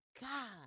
god